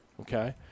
okay